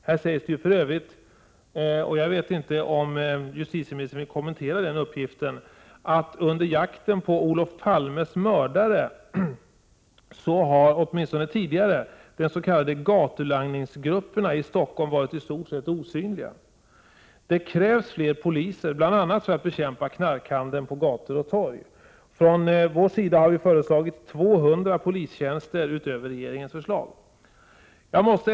Det sägs för övrigt — jag vet inte om justitieministern vill kommentera den uppgiften — att under jakten på Olof Palmes mördare har åtminstone tidigare de s.k. gatulangningsgrupperna i Stockholm varit i stort sett osynliga. Det krävs fler poliser, bl.a. för att bekämpa knarkhandeln på gator och torg. Från kds sida har vi föreslagit 200 polistjänster, utöver regeringens förslag. Herr talman!